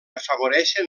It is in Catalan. afavoreixen